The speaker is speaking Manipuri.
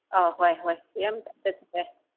ꯑꯥ ꯍꯣꯏ ꯍꯣꯏ ꯀꯦꯝ ꯆꯠꯇ꯭ꯔꯦ